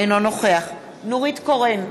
אינו נוכח נורית קורן,